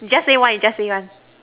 just say one just say one